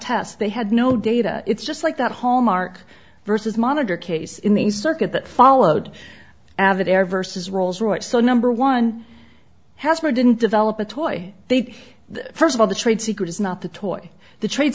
test they had no data it's just like that hallmark vs monitor case in the circuit that followed avatar versus rolls royce so number one has more didn't develop a toy they'd first of all the trade secret is not the toy the trade